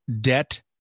debt